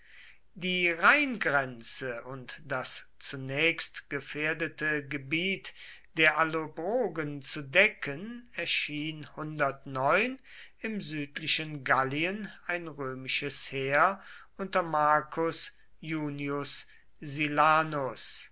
die rheingrenze und das zunächst gefährdete gebiet der allobrogen zu decken erschien im südlichen gallien ein römisches heer unter marcus iunius silanus